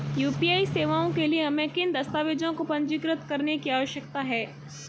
UPI सेवाओं के लिए हमें किन दस्तावेज़ों को पंजीकृत करने की आवश्यकता है?